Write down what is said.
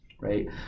Right